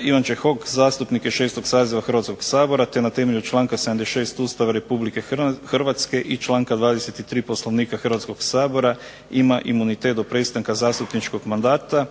Ivan Čehok zastupnik je 6. saziva Hrvatskog sabora, te na temelju članka 76. Ustava Republike Hrvatske i članka 23. Poslovnika Hrvatskog sabora ima imunitet do prestanka zastupničkog mandata,